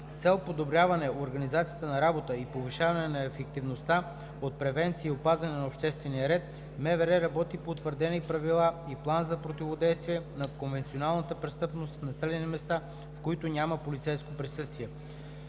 цел подобряване организацията на работата и повишаване на ефективността от превенцията и опазване на обществения ред МВР работи по утвърдени правила и план за противодействие на конвенционалната престъпност в населените места, в които няма полицейско присъствие.